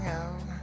out